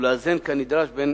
ולאזן כנדרש בין